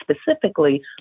specifically